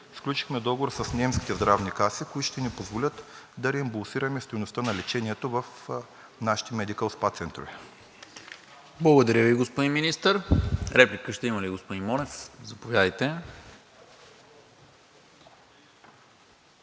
сключихме договор с немските здравни каси, които ще ни позволят да реимбурсираме стойността на лечението в нашите медикъл спа центрове. ПРЕДСЕДАТЕЛ НИКОЛА МИНЧЕВ: Благодаря Ви, господин Министър. Реплика ще има ли, господин Монев? Заповядайте.